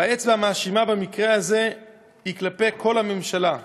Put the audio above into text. והאצבע המאשימה במקרה הזה היא כלפי כל הממשלה.